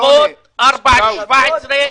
לרבות 4.17,